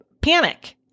panic